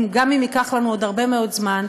גם אם ייקח לנו עוד הרבה מאוד זמן,